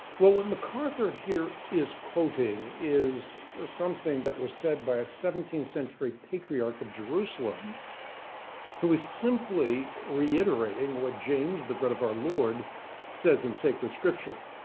well what mcarthur here is quoting is something that was said by a seventeenth century patriarch of jerusalem who is simply reiterating what james the bread of our lord says in sacred scripture.